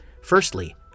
firstly